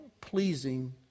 pleasing